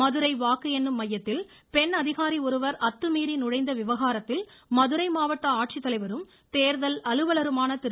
மதுரை வாக்கு எண்ணும் மையத்தில் பெண் அதிகாரி ஒருவர் அத்துமீறி நுழைந்த விவகாரத்தில் மதுரை மாவட்ட ஆட்சித்தலைவரும் தேர்தல் அலுவலருமான திரு